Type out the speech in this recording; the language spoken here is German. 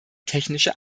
technische